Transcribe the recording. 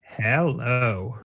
Hello